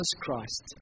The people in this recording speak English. Christ